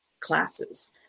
classes